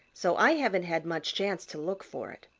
so i haven't had much chance to look for it.